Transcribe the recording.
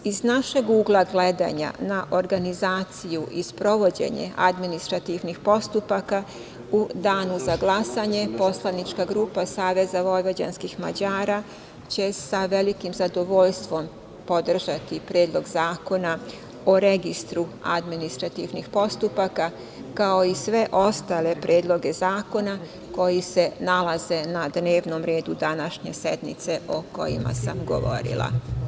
Iz našeg ugla gledanja na organizaciju i sprovođenje administrativnih postupaka, u Danu za glasanje poslanička grupa SVM će sa velikim zadovoljstvom podržati Predlog zakona o registru administrativnih postupaka, kao i sve ostale predloge zakona koji se nalaze na dnevnom redu današnje sednice o kojima sam govorila.